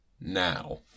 Now